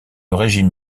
régime